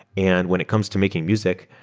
and when it comes to making music,